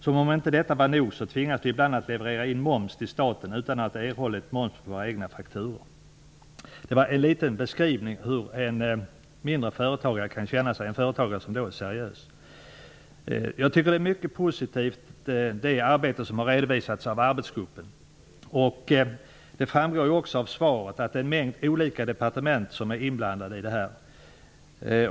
Som om detta inte var nog så tvingas vi ibland att leverera in moms till staten utan att ha erhållit moms på våra fakturor.'' Detta är en beskrivning av hur en mindre företagare kan känna sig, en företagare som är seriös. Det arbete som har redovisats av arbetsgruppen är mycket positivt. Av svaret framgår att flera olika departement är iblandade.